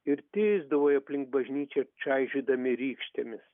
ir tysdavo ją aplink bažnyčią čaižydami rykštėmis